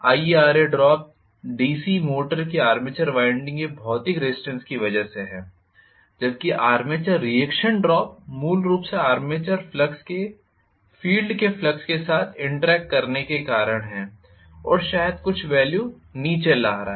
IaRaड्रॉप DC motor की armature winding के भौतिक रेजिस्टेंस की वजह से है जबकि आर्मेचर रिएक्शन ड्रॉप मूल रूप से आर्मेचर फ्लक्स के फ़ील्ड के फ्लक्स के साथ इंटरक्ट करने के कारण है और शायद कुल वॅल्यू नीचे ला रहा है